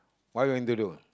what are you going to do